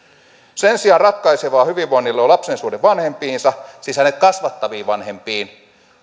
sen sijaan ratkaisevaa hyvinvoinnille on lapsen suhde vanhempiinsa siis hänet kasvattaviin vanhempiin